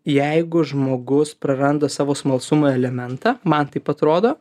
jeigu žmogus praranda savo smalsumo elementą man taip atrodo